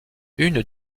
une